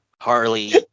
Harley